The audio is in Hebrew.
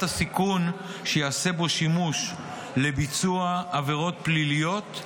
הסיכון שיעשה בו שימוש לביצוע עבירות פליליות,